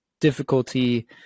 difficulty